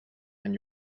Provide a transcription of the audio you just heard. and